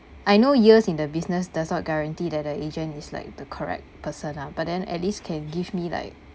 I know years in the business does not guaranteed that the agent is like the correct person lah but then at least can give me like